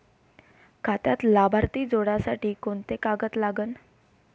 खात्यात लाभार्थी जोडासाठी कोंते कागद लागन?